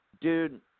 dude